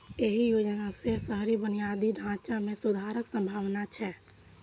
एहि योजना सं शहरी बुनियादी ढांचा मे सुधारक संभावना छै